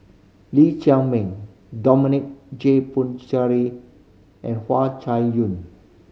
Lee Chiaw Ming Dominic J and Hua Chai Yong